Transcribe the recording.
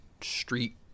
street